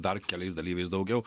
dar keliais dalyviais daugiau